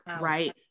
right